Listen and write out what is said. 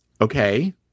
Okay